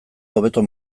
hobeto